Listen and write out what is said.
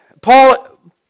Paul